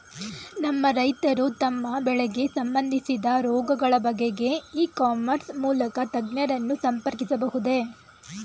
ನಮ್ಮ ರೈತರು ತಮ್ಮ ಬೆಳೆಗೆ ಸಂಬಂದಿಸಿದ ರೋಗಗಳ ಬಗೆಗೆ ಇ ಕಾಮರ್ಸ್ ಮೂಲಕ ತಜ್ಞರನ್ನು ಸಂಪರ್ಕಿಸಬಹುದೇ?